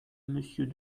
monsieur